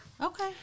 Okay